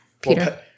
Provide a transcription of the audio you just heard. Peter